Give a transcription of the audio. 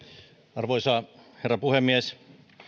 arvoisa herra puhemies hyvät